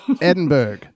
Edinburgh